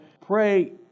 Pray